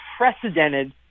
unprecedented